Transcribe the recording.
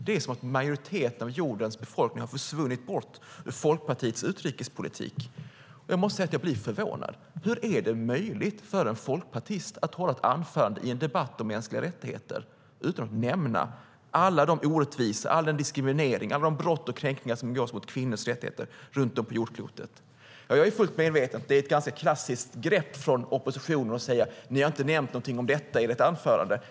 Det är som om en majoritet av jordens befolkning har försvunnit ur Folkpartiets utrikespolitik. Jag måste säga att jag blir förvånad. Hur är det möjligt för en folkpartist att hålla ett anförande i en debatt om mänskliga rättigheter utan att nämna alla de orättvisor, all den diskriminering och alla de brott och kränkningar som begås mot kvinnors rättigheter runt om på jordklotet? Jag är fullt medveten om att det är ett ganska klassiskt grepp från oppositionen att säga: Ni har inte nämnt någonting om detta i ert anförande.